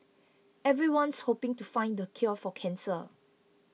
everyone's hoping to find the cure for cancer